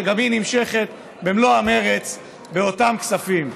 שגם היא נמשכת במלוא המרץ באותם כספים.